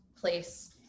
place